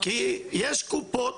כי יש קופות.